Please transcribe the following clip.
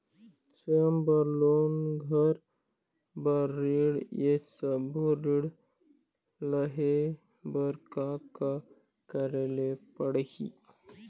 स्वयं बर लोन, घर बर ऋण, ये सब्बो ऋण लहे बर का का करे ले पड़ही?